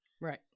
Right